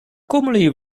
commonly